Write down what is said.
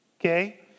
Okay